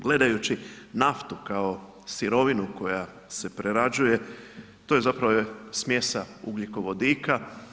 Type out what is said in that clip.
Gledajući naftu kao sirovinu koja se prerađuje, to je zapravo smjesa ugljikovodika.